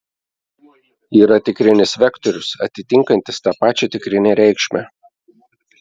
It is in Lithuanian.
yra tikrinis vektorius atitinkantis tą pačią tikrinę reikšmę